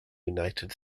united